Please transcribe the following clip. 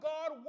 God